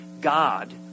God